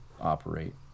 operate